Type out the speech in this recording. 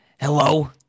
Hello